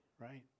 right